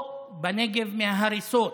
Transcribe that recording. או מהנגב, מההריסות,